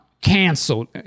canceled